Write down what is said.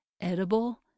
edible